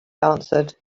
answered